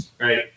right